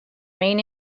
main